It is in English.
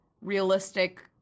realistic